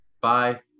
Bye